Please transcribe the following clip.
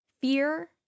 Fear